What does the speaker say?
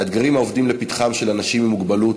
האתגרים העומדים לפתחם של אנשים עם מוגבלות,